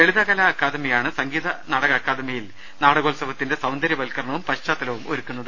ലളിതകലാ അക്കാദമി ആണ് സംഗീത നാടക അക്കാദമിയിൽ നാടക ഉത്സവത്തിന്റെ സൌന്ദര്യവൽക്കരണവും പശ്ചാത്തലവും ഒരുക്കുന്നത്